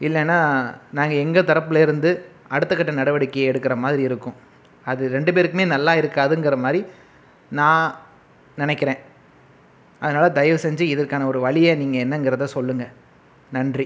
இல்லைனா நாங்கள் எங்கள் தரப்புலயிருந்து அடுத்தக்கட்ட நடவடிக்கை எடுக்கிற மாதிரி இருக்கும் அது ரெண்டு பேருக்குமே நல்லாயிருக்காதுங்குற மாரி நான் நினைக்குறேன் அதனால் தயவுசெஞ்சு இதற்கான ஒரு வழியை நீங்கள் என்னங்குறத சொல்லுங்கள் நன்றி